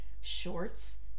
shorts